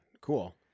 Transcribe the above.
cool